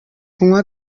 kunywa